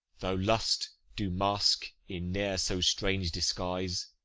though lust do mask in ne'er so strange disguise,